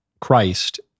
Christ